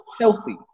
healthy